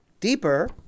Deeper